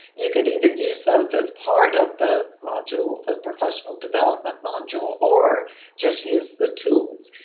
you could either use those as part of the module, the professional development module, or just use the tools.